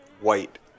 White